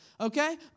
Okay